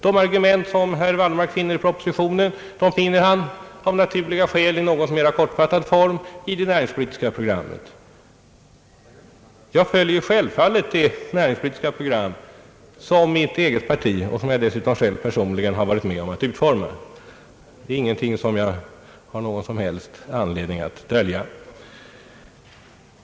De argument som herr Wallmark finner i propositionen finner han av naturliga skäl i något mer kortfattad form i det näringspolitiska programmet. Jag följer självfallet det näringspolitiska program, som jag varit med om att utforma inom mitt eget parti. Det har jag ingen anledning att dölja.